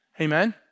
Amen